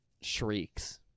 shrieks